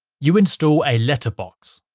you install a letterbox.